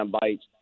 bites